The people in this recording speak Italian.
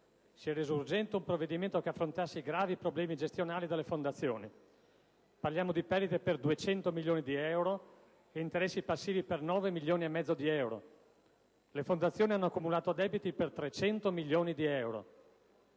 Si è reso urgente un provvedimento che affrontasse i gravi problemi gestionali delle fondazioni. Parliamo di perdite per 200 milioni di euro e interessi passivi per 9 milioni e mezzo di euro. Le fondazioni hanno accumulato debiti per 300 milioni di euro.